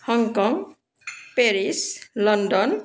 Hong Kong Paris London